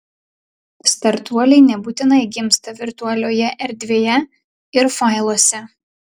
startuoliai nebūtinai gimsta virtualioje erdvėje ir failuose